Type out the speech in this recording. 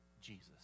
Jesus